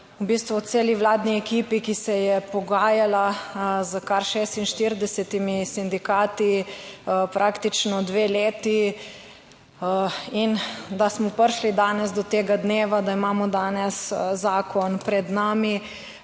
celi vladni ekipi, ki se je pogajala s kar 46 sindikati praktično dve leti in da smo prišli danes do tega dneva, da imamo danes zakon pred nami